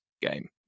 game